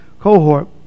cohort